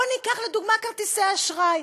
בואו ניקח לדוגמה כרטיסי אשראי.